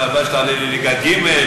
שנה הבאה שתעלה לליגה ג'.